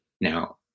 Now